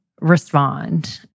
respond